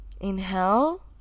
Inhale